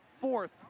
fourth